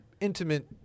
intimate